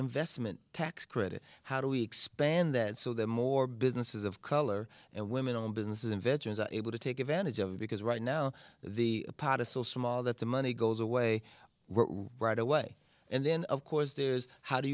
investment tax credit how do we expand that so that more businesses of color and women and businesses and veterans are able to take advantage of it because right now the part of so small that the money goes away right away and then of course there's how do